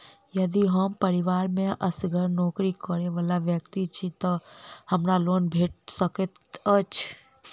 यदि हम परिवार मे असगर नौकरी करै वला व्यक्ति छी तऽ हमरा लोन भेट सकैत अछि?